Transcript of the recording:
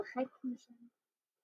הרחק משם.